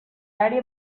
área